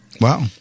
Wow